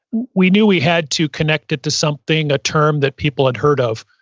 we knew we had to connect it to something, a term that people had heard of.